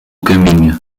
caminho